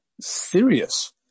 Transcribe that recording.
serious